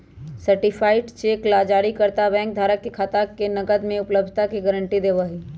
certified cheque ला जारीकर्ता bank धारक के खाता में नकद के उपलब्धता के गारंटी देवा हई